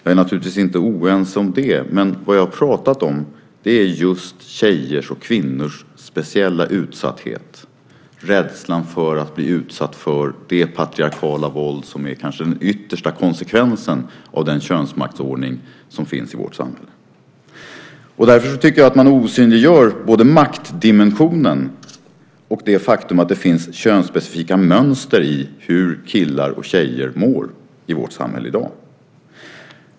Vi är naturligtvis inte oense om det, men vad jag har pratat om är just tjejers och kvinnors speciella utsatthet, rädsla för att bli utsatta för det patriarkala våld som kanske är den yttersta konsekvensen av den könsmaktsordning som finns i vårt samhälle. Man osynliggör både maktdimensionen och det faktum att det finns könsspecifika mönster i hur killar och tjejer mår i vårt samhälle i dag.